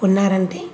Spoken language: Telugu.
ఉన్నారంటే